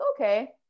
okay